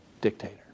dictator